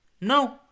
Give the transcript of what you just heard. No